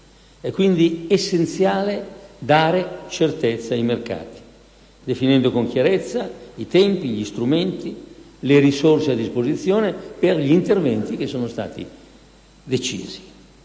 È quindi essenziale dare certezza ai mercati definendo con chiarezza i tempi, gli strumenti e le risorse a disposizione rispetto agli interventi che sono stati decisi.